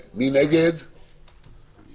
אני אנסה להגביר את קול.